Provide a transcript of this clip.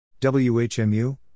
WHMU